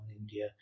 India